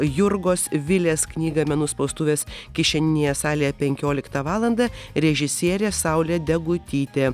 jurgos vilės knygą menų spaustuvės kišeninėje salėje penkioliktą valandą režisierė saulė degutytė